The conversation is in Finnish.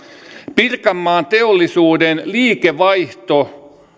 pirkanmaan teollisuuden liikevaihto